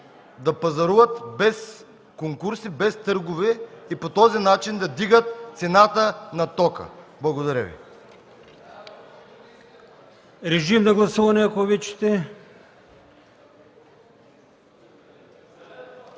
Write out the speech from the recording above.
да пазаруват без конкурси, без търгове и по този начин да вдигат цената на тока. Благодаря Ви.